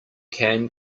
can